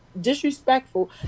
disrespectful